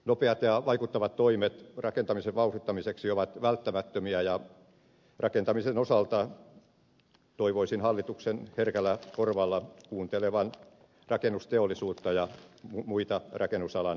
nopeat ja vaikuttavat toimet rakentamisen vauhdittamiseksi ovat välttämättömiä ja rakentamisen osalta toivoisin hallituksen herkällä korvalla kuuntelevan rakennusteollisuutta ja muita rakennusalan ammattilaisia